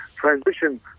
transition